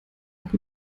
auch